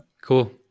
Cool